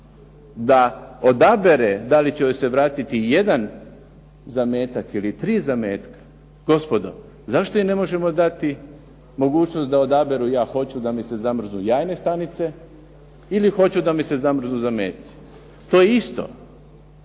da odabere da li će joj se vratiti jedan zametak ili tri zametka, gospodo, zašto im ne možemo dati mogućnost da odaberu ja hoću da mi se zamrznu jajne stanice ili hoću da mi se zamrznu zameci. To je isto.